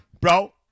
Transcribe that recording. Bro